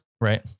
Right